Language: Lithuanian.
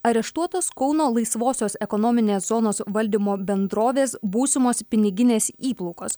areštuotos kauno laisvosios ekonominės zonos valdymo bendrovės būsimos piniginės įplaukos